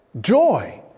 joy